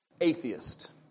atheist